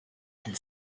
and